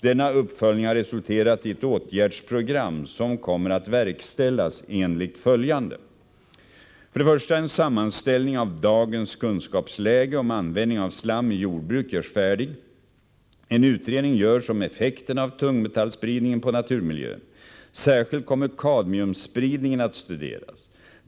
Denna uppföljning har resulterat i ett åtgärdsprogram som kommer att verkställas enligt följande. 1. En sammanställning av dagens kunskapsläge om användning av slam i jordbruk görs färdig. En utredning görs om effekterna av tungmetallspridningen på naturmiljön. Särskilt kommer kadmiumspridningen att studeras.